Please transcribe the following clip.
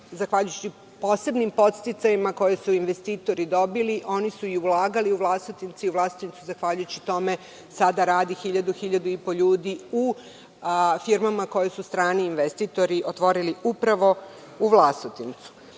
zahvaljujući posebnim podsticajima koje su investitori dobili, oni su i ulagali u Vlasotince i u Vlasotincu zahvaljujući tome sada radi 1.000 ili 1.500 ljudi u firmama koje su strani investitori otvorili upravo u Vlasotincu. Ja